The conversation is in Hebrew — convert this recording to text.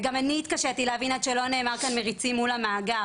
וגם אני התקשיתי להבין עד שלא נאמר כאן "מריצים מול המאגר".